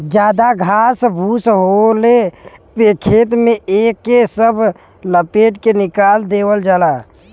जादा घास फूस होले पे खेत में एके सब लपेट के निकाल देवल जाला